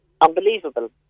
unbelievable